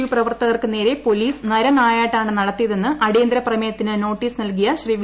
U പ്രവർത്തകർക്കു നേരെ police നരനായാട്ടാണ് നടത്തിയതെന്ന് അടിയന്തര പ്രമേയത്തിന് നോട്ടീസ് നല്കിയ വി